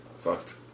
fucked